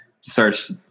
Search